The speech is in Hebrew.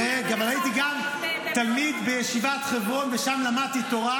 אבל הייתי גם תלמיד בישיבת חברון ושם למדתי תורה,